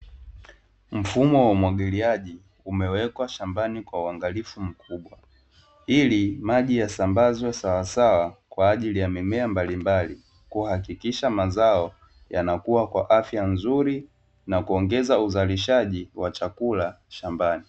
Mfumo wa umwagiliaji umewekwa shambani kwa uangalifu mkubwa ili maji yasambazwe sawa sawa kwa ajili ya mimea mbalimbali kuhakikisha mazao yanakuwa kwa afya nzuri na kuongeza uzalishaji wa chakula shambani.